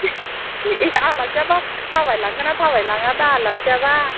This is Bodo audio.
आलासियाबा थाबायलाङोना थाबायलाङा दा आलासियाबा